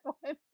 one